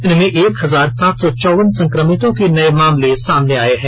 इनमें एक हजार सात सौ चौवन संक्रमितों के नये मामले सामने आये हैं